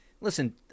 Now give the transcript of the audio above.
Listen